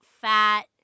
fat